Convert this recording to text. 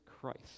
Christ